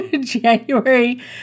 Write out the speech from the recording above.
january